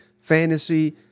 fantasy